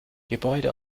gebäude